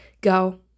Go